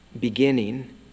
beginning